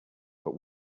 but